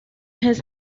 his